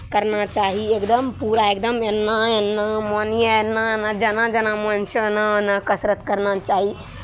करना चाही एकदम पूरा एकदम एना एना मोन यऽ एना एना जेना जेना मोन छै ओना ओना कसरत करना चाही